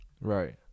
right